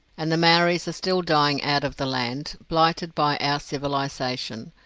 and the maoris are still dying out of the land, blighted by our civilization.